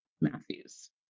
Matthews